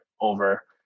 over